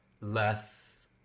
less